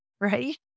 right